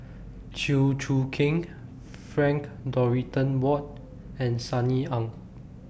Chew Choo Keng Frank Dorrington Ward and Sunny Ang